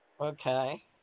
Okay